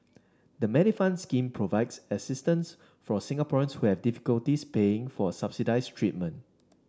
the Medifund scheme provides assistance for Singaporeans who have difficulties paying for subsidized treatment